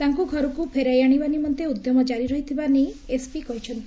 ତାଙ୍କୁ ଘରକୁ ଫେରାଇ ଆଶିବା ନିମନ୍ତେ ଉଦ୍ୟମ ଜାରୀ ରହିଥିବା ନେଇ ଏସପି କହିଛନ୍ତି